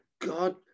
God